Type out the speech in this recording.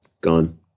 gone